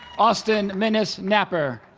austin minnis napper